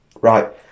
Right